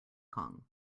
kong